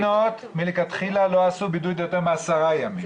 רוב המדינות לא עשו מלכתחילה בידוד ליותר מ-10 ימים,